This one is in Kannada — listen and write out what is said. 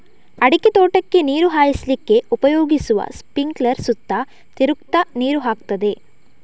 ಅಡಿಕೆ ತೋಟಕ್ಕೆ ನೀರು ಹಾಯಿಸ್ಲಿಕ್ಕೆ ಉಪಯೋಗಿಸುವ ಸ್ಪಿಂಕ್ಲರ್ ಸುತ್ತ ತಿರುಗ್ತಾ ನೀರು ಹಾಕ್ತದೆ